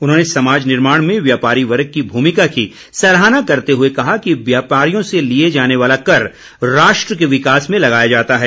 उन्होंने समाज निर्माण में व्यापारी वर्ग की भूमिका की सराहना करते हुए कहा कि व्यापारियों से लिया जाने वाला कर राष्ट्र के विकास में लगाया जाता है